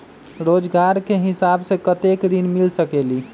रोजगार के हिसाब से कतेक ऋण मिल सकेलि?